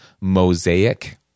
mosaic